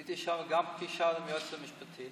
הייתי שם גם בפגישה עם היועץ המשפטי,